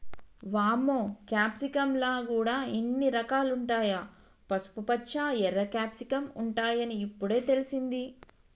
వామ్మో క్యాప్సికమ్ ల గూడా ఇన్ని రకాలుంటాయా, పసుపుపచ్చ, ఎర్ర క్యాప్సికమ్ ఉంటాయని ఇప్పుడే తెలిసింది